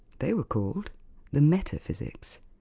they were called the metaphysics,